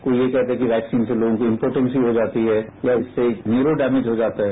कोई ये कहता है कि वैक्सीन से लोगो की इम्पोटेंसी हो जाती है या उससे न्यूरो डैमेज हो जाता है